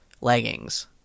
Leggings